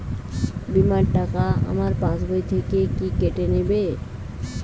বিমার টাকা আমার পাশ বই থেকে কি কেটে নেবে?